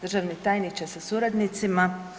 Državni tajniče sa suradnicima.